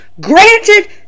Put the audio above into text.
Granted